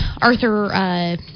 Arthur